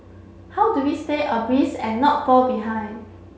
how do we stay abreast and not fall behind